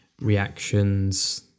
reactions